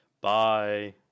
bye